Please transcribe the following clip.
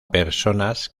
personas